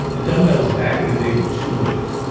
the dumbbells back in the day were two inches.